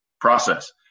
process